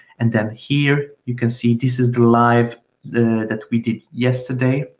and then here you can see, this is the live that we did yesterday,